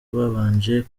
babanje